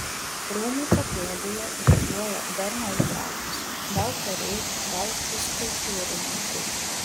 rūmų papėdėje žygiuoja darnios gretos gal kariai gal fizkultūrininkai